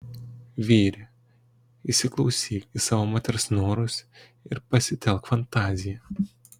vyre įsiklausyk į savo moters norus ir pasitelk fantaziją